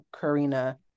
Karina